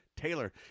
Taylor